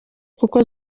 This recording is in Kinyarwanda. kuko